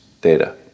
data